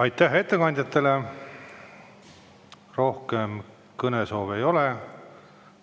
Aitäh ettekandjatele! Rohkem kõnesoove ei ole.